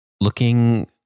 looking